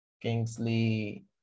Kingsley